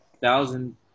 thousand